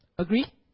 Agree